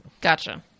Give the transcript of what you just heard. Gotcha